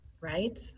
Right